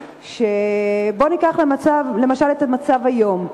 בואו ניקח למשל את המצב היום.